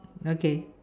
okay